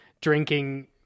drinking